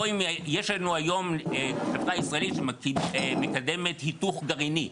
או אם יש לנו היום חברה ישראלית שמקדמת היתוך גרעיני.